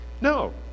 no